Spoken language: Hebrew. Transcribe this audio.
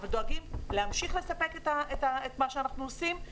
דואגים להמשיך לספק את מה שאנחנו עושים.